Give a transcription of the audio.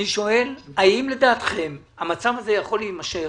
אני שואל: האם לדעתכם המצב הזה יכול להימשך,